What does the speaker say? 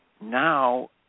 now